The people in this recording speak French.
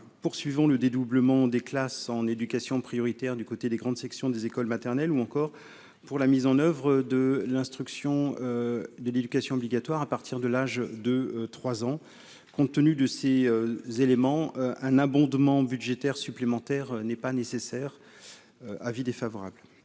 poursuivons le dédoublement des classes en éducation prioritaire du côté des grandes sections des écoles maternelles ou encore pour la mise en oeuvre de l'instruction de l'éducation obligatoire à partir de l'âge de 3 ans, compte tenu de ces éléments un abondement budgétaire supplémentaire n'est pas nécessaire : avis défavorable.